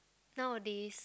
nowadays